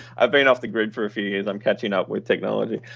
i've been off the grid for a few years. i'm catching up with technology.